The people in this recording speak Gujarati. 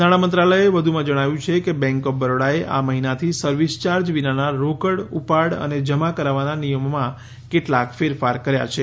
નાણામંત્રાલયે વધુમાં જણાવ્યું છે કે બેન્ક ઓફ બરોડાએ આ મહિનાથી સર્વિસ ચાર્જ વિનાના રોકડ ઉપાડ અને જમા કરાવવાના નિયમોમાં કેટલાક ફેરફાર કર્યા છે